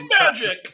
magic